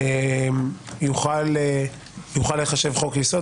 והוא יוכל להיחשב חוק יסוד